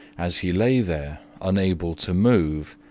as he lay there unable to move,